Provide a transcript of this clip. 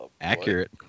Accurate